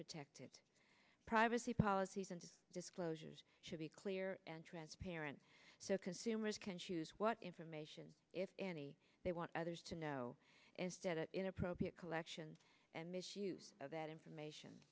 protected privacy policies and disclosures should be clear and transparent so consumers can choose what information if any they want others to know instead of inappropriate collection and misuse of that information